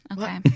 Okay